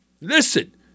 listen